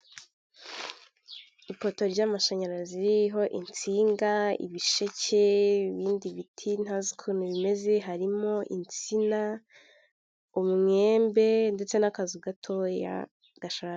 Ipoto ry'amashanyarazi ririho insinga, ibisheke, ibindi biti ntazi ukuntu bimeze, harimo insina umwembe ndetse n'akazu gatoya gashaje.